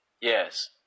Yes